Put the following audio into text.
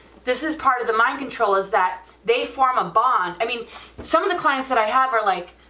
this is part of the mind control is that they form a bond, i mean some of the clients that i have are like